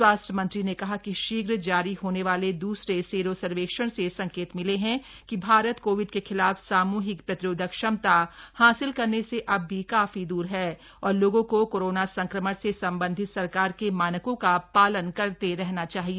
स्वास्थ्य मंत्री ने कहा कि शीघ्र जारी होने वाले दूसरे सेरो सर्वेक्षण से संकेत मिले हैं कि भारत कोविड के खिलाफ सामूहिक प्रतिरोधक क्षमता हासिल करने से अब भी काफी दूर है और लोगों को कोरोना संक्रमण से संबंधित सरकार के मानकों का पालन करते रहना चाहिए